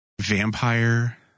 vampire